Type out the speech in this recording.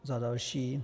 Za další.